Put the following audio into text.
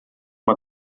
uma